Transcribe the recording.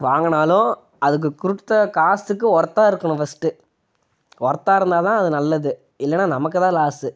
வாங்கினாலும் அதுக்கு கொடுத்த காசுக்கு ஒர்த்தா இருக்கணும் ஃபஸ்ட்டு ஒர்த்தா இருந்தால் தான் அது நல்லது இல்லைனா நமக்கு தான் லாஸு